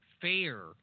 fair